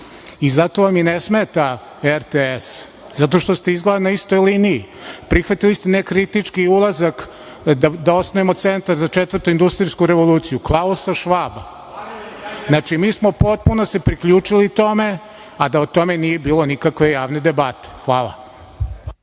i zato vam i ne smeta RTS, zato što ste izgleda na istoj liniji. Prihvatili ste ne kritički ulazak da osnujemo centar za Četvrtu industrijsku revoluciju Klausa Švaba. Znači, mi smo se potpuno priključili tome a da o tome nije bilo nikakve javne debate. Hvala.